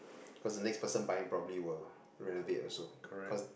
cause next person buying probably would renovate also cause